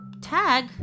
Tag